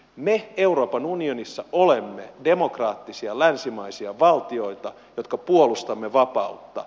me euroopan unionissa olemme demokraattisia länsimaisia valtioita jotka puolustamme vapautta